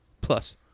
Plus